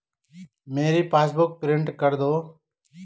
मेरी passbook print कर दो